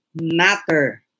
matter